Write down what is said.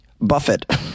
Buffett